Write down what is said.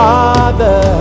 Father